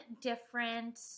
different